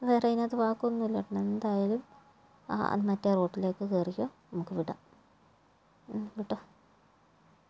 വേറെ അതിനകത്ത് വാക്കൊന്നുമില്ല ഏട്ടൻ എന്തായാലും ആ മറ്റേ റൂട്ടിലേക്ക് കയറിക്കോ നമുക്ക് വിടാം ഉം വിട്ടോ